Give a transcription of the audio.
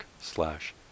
slash